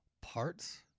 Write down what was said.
parts